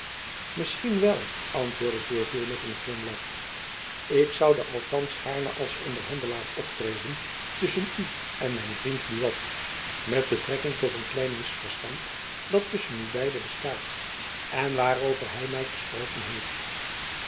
misschien wel antwoordde gourville met een glimlach ik zoude althands gaarne als onderhandelaar optreden tusschen u en mijn vriend buat met betrekking tot een klein misverstand dat tusschen u beiden bestaat en waarover hy my gesproken heeft